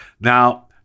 Now